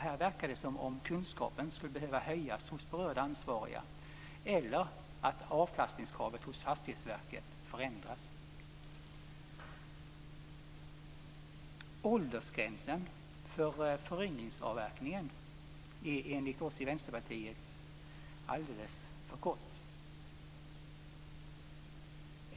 Här verkar det som om kunskapen skulle behöva höjas hos berörda ansvariga eller att avkastningskravet hos Åldersgränsen för föryngringsavverkningen är enligt oss i Vänsterpartiet alldeles för kort.